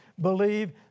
believe